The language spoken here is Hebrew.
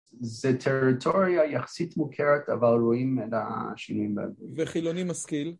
זו טריטוריה יחסית מוכרת, אבל רואים את השינויים - וחילוני מסכיל?